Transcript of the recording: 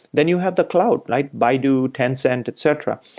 then you have the cloud, like baidu, tencent, etc.